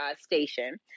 station